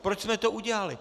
Proč jsme to udělali.